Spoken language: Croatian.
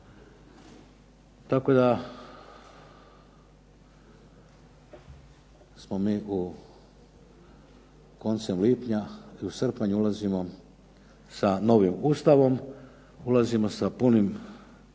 Tako da smo mi koncem lipnja i u srpanj ulazimo sa novim Ustavom, ulazimo sa punim, sa